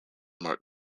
marked